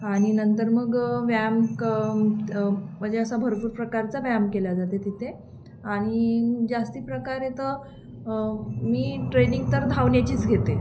आणि नंतर मग व्यायाम क म्हणजे असा भरपूर प्रकारचा व्यायाम केला जाते तिथे आणि जास्त प्रकारे तर मी ट्रेनिंग तर धावण्याचीच घेते